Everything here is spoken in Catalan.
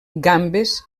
gambes